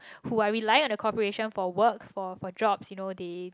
who are relying on the corporation for work for for job you know they they